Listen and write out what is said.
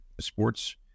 sports